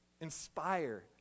inspire